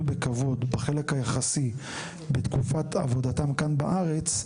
בכבוד בחלק היחסי בתקופת עבודתם כאן בארץ,